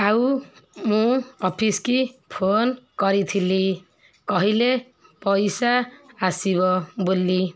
ଆଉ ମୁଁ ଅଫିସ୍କି ଫୋନ୍ କରିଥିଲି କହିଲେ ପଇସା ଆସିବ ବୋଲି